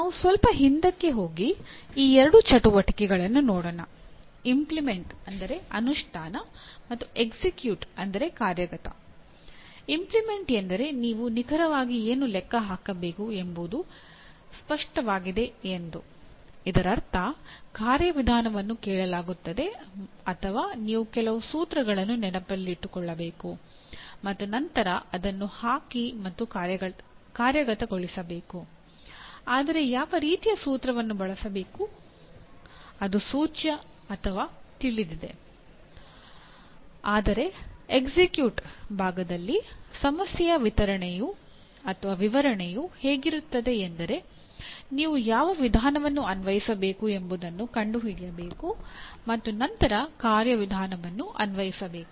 ನಾವು ಸ್ವಲ್ಪ ಹಿಂದಕ್ಕೆ ಹೋಗಿ ಈ ಎರಡು ಚಟುವಟಿಕೆಗಳನ್ನು ನೋಡೋಣ ಇಂಪ್ಲಿಮೆಂಟ್ ಭಾಗದಲ್ಲಿ ಸಮಸ್ಯೆಯ ವಿವರಣೆಯು ಹೇಗಿರುತ್ತದೆ ಎಂದರೆ ನೀವು ಯಾವ ವಿಧಾನವನ್ನು ಅನ್ವಯಿಸಬೇಕು ಎಂಬುದನ್ನು ಕಂಡುಹಿಡಿಯಬೇಕು ಮತ್ತು ನಂತರ ಕಾರ್ಯವಿಧಾನವನ್ನು ಅನ್ವಯಿಸಬೇಕು